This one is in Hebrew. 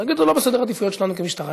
להגיד: זה לא בסדר העדיפויות שלנו כמשטרה,